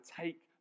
take